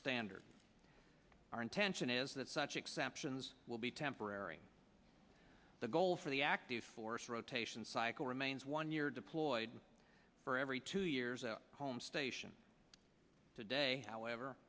standard our intention is that such exceptions will be temporary the goal for the active force rotation cycle remains one year deployed for every two years a home station today however